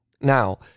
Now